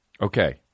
Okay